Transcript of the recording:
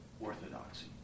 orthodoxy